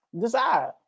decide